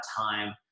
time